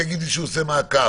שיגיד לי שהוא עושה מעקב.